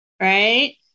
Right